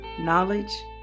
Knowledge